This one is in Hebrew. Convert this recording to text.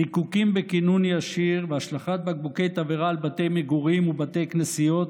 זיקוקים בכינון ישיר והשלכת בקבוקי תבערה על בתי מגורים ובתי כנסיות,